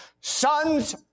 Sons